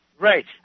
Right